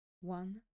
one